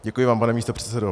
Děkuji vám, pane místopředsedo.